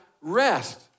rest